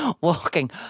walking